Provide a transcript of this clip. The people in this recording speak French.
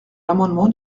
l’amendement